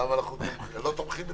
למה אנחנו לא תומכים?